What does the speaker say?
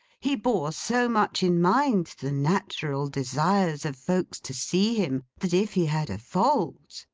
he bore so much in mind the natural desires of folks to see him, that if he had a fault,